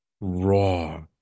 raw